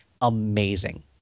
amazing